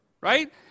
right